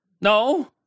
No